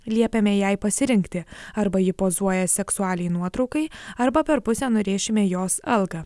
liepėme jai pasirinkti arba ji pozuoja seksualiai nuotraukai arba per pusę nurėšime jos algą